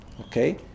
Okay